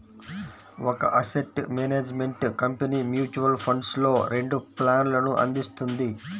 ఒక asset management company mutual ఫండ్స్లో రెండు ప్లాన్లను అందిస్తుంది